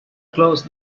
close